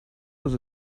was